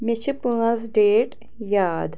مےٚ چھِ پانٛژھ ڈیٹ یاد